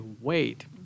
wait